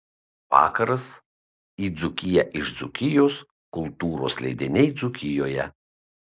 vakaras į dzūkiją iš dzūkijos kultūros leidiniai dzūkijoje